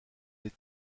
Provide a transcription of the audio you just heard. les